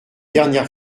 dernière